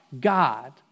God